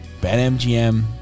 BetMGM